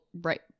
right